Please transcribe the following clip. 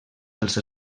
dels